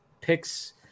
picks